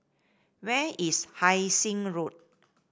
where is Hai Sing Road